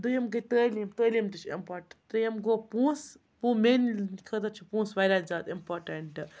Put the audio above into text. دوٚیِم گٔے تعلیٖم تعلیٖم تہِ چھِ اِمپاٹَنٛٹ ترٛیٚیِم گوٚو پونٛسہٕ میٛانہِ خٲطرٕ چھِ پونٛسہٕ واریاہ زیادٕ اِمپاٹنٛٹ